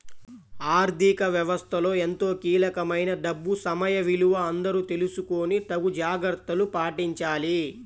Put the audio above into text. ఆర్ధిక వ్యవస్థలో ఎంతో కీలకమైన డబ్బు సమయ విలువ అందరూ తెలుసుకొని తగు జాగర్తలు పాటించాలి